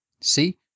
See